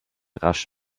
rasch